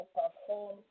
perform